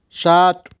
सात